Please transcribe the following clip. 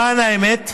למען האמת,